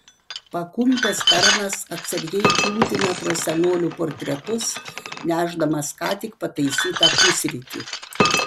pakumpęs tarnas atsargiai kiūtina pro senolių portretus nešdamas ką tik pataisytą pusrytį